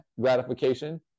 gratification